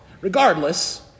regardless